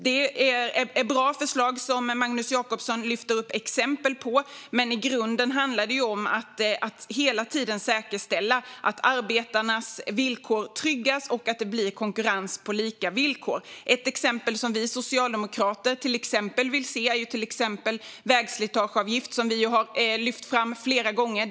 Det är bra förslag som Magnus Jacobsson lyfter upp exempel på, men i grunden handlar det ju om att hela tiden säkerställa att arbetarnas villkor tryggas och att det blir konkurrens på lika villkor. Ett exempel på något som vi socialdemokrater vill se är en vägslitageavgift, vilket vi har lyft fram flera gånger.